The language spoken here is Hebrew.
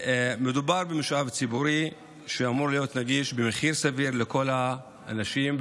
מדובר במשאב ציבורי שאמור להיות נגיש במחיר סביר לכל האנשים,